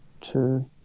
Two